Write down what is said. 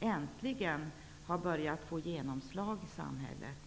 äntligen har börjat få genomslag i samhället.